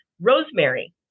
rosemary